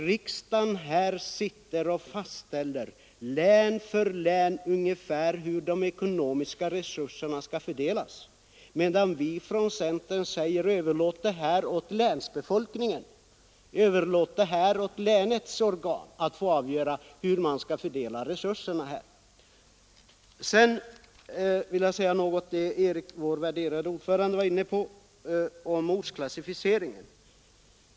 Riksdagen fastställer och prioriterar län för län, på vilka orter de ekonomiska resurserna skall fördelas, medan vi i centern säger: Överlåt åt länsbefolkningen, åt länens organ att själva avgöra hur man skall fördela resurserna. Vår värderade ordförande var inne på frågan om ortsklassificeringen.